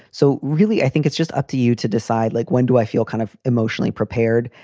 so really, i think it's just up to you to decide, like, when do i feel kind of emotionally prepared?